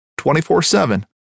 24-7